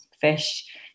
fish